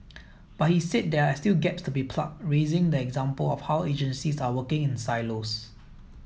but he said there are still gaps to be plugged raising the example of how agencies are working in silos